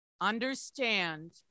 understand